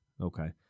Okay